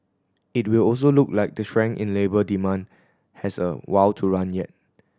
it will also look like the strength in labour demand has a while to run yet